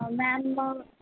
ਓ ma'am